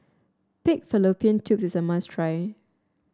Pig Fallopian Tubes is a must try